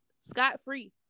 scot-free